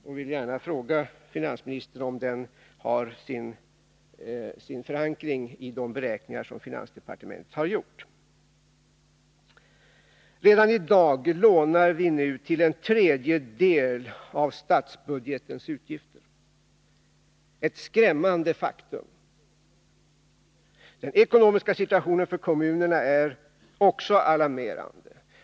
Jag vill gärna fråga finansministern om den har någon förankring i de beräkningar som finansdepartementet har gjort. Redan i dag lånar vi till en tredjedel av statsbudgetens utgifter — ett skrämmande faktum. Den ekonomiska situationen för kommunerna är också alarmerande.